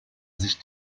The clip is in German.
sich